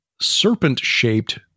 serpent-shaped